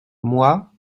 moi